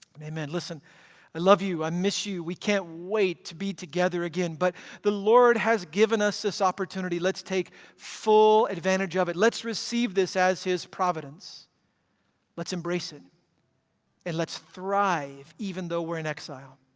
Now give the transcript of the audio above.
and amen. listen i love you. i miss you. we can't wait to be together again, but the lord has given us this opportunity. let's take full advantage of it. let's receive this as his providence let's embrace it and let's thrive, even though we're in exile.